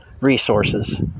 resources